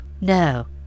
No